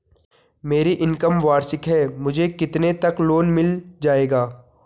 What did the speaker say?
मेरी इनकम वार्षिक है मुझे कितने तक लोन मिल जाएगा?